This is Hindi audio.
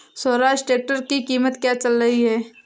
स्वराज ट्रैक्टर की कीमत क्या चल रही है?